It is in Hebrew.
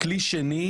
הכלי השני,